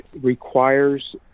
requires